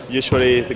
usually